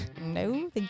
No